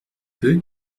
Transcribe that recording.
peu